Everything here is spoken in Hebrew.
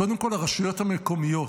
קודם כול הרשויות המקומיות,